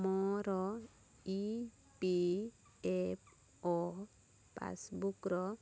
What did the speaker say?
ମୋର E P F O ପାସ୍ବୁକ୍ର